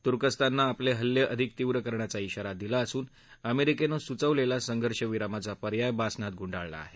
तुर्कस्तानने आपले हल्ले अधिक तीव्र करण्याचा श्राारा दिला असून अमेरिकेनं सूचवलेला संघर्षविरामाचा पर्याय बासनात गुंडाळला आहे